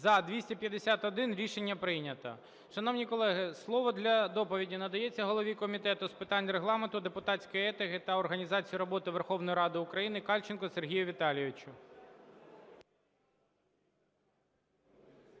За – 251 Рішення прийнято. Шановні колеги, слово для доповіді надається голові Комітету з питань Регламенту, депутатської етики та організації роботи Верховної Ради України Кальченку Сергію Віталійовичу.